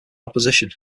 opposition